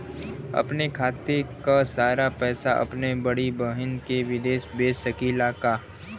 अपने खाते क सारा पैसा अपने बड़ी बहिन के विदेश भेज सकीला का?